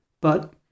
But